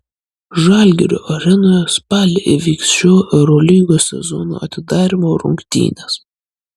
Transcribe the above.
žalgirio arenoje spalį įvyks šio eurolygos sezono atidarymo rungtynės